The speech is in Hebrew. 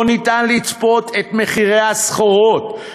לא ניתן לצפות את מחירי הסחורות,